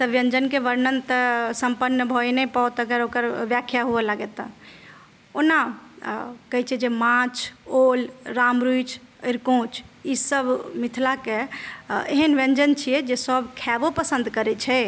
तऽ व्यञ्जनके वर्णन तऽ सम्पन्न भऽए नहि पाओत अगर ओकर व्याख्या हुअए लागय तऽ ओना कहय छै जे माछ ओल राम रूचि अरिकोञ्च ईसब मिथिलाके एहन व्यञ्जन छियै जे सब खयबो पसन्द करय छै